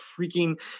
freaking